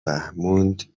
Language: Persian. فهموند